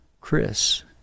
Chris